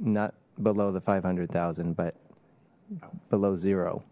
not below the five hundred zero but below zero